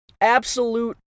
absolute